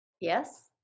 yes